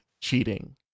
cheating